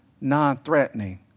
non-threatening